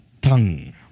tongue